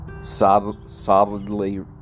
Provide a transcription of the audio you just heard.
solidly